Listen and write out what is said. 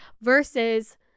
versus